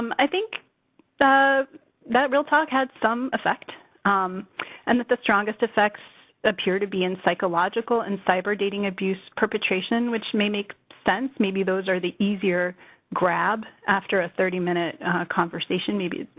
um i think the that real talk had some effect and that the strongest effects appear to be in psychological and cyber dating abuse perpetration, which may make sense. maybe those are the easier grab after a thirty minute conversation. maybe.